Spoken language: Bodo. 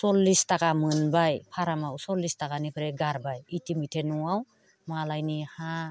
सल्लिस थाखा मोनबाय फारामाव सल्लिस थाखानिफ्राय गारबाय इटिमयधे न'आव मालायनि हा